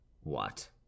What